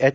H